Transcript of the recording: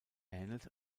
ähnelt